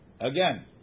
Again